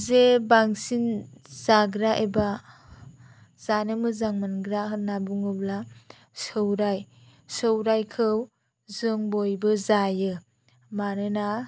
जे बांसिन जाग्रा एबा जानो मोजां मोनग्रा होनना बुङोब्ला सौराय सौरायखौ जों बयबो जायो मानोना